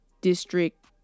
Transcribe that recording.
district